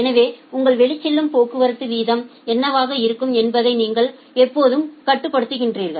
எனவே உங்கள் வெளிச்செல்லும் போக்குவரத்து வீதம் என்னவாக இருக்கும் என்பதை நீங்கள் எப்போதும் கட்டுப்படுத்துகிறீர்கள்